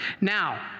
Now